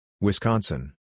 Wisconsin